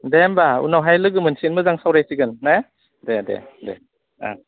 दे होमब्ला उनावहाय लोगो मोनसिगोन मोजां सावरायसिगोन ना दे दे दे ओं